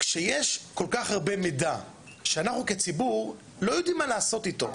כשיש כל כך הרבה מידע שאנחנו כציבור לא יודעים מה לעשות איתו,